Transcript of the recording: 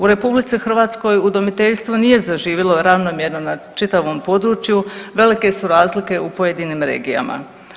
U RH udomiteljstvo nije zaživjelo ravnomjerno na čitavom području, velike su razlike u pojedinim regijama.